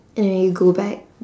and then you go back